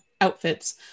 outfits